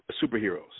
superheroes